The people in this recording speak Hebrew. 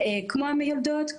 כמו המיילדות.